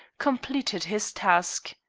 completed his task.